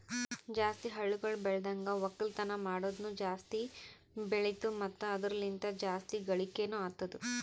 ಜಾಸ್ತಿ ಹಳ್ಳಿಗೊಳ್ ಬೆಳ್ದನ್ಗ ಒಕ್ಕಲ್ತನ ಮಾಡದ್ನು ಜಾಸ್ತಿ ಬೆಳಿತು ಮತ್ತ ಅದುರ ಲಿಂತ್ ಜಾಸ್ತಿ ಗಳಿಕೇನೊ ಅತ್ತುದ್